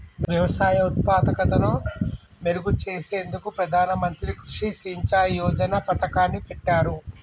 వ్యవసాయ ఉత్పాదకతను మెరుగు చేసేందుకు ప్రధాన మంత్రి కృషి సించాయ్ యోజన పతకాన్ని పెట్టారు